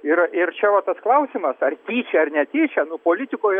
ir ir čia va tas klausimas ar tyčia ar netyčia nu politikoje